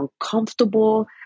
uncomfortable